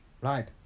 Right